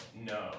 no